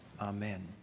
Amen